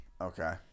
Okay